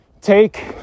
take